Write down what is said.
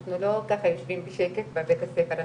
אנחנו לא ככה יושבים בשקט בבית הספר,